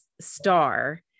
star